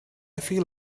feel